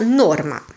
norma